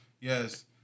Yes